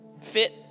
Fit